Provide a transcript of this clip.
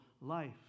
life